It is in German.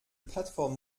plattform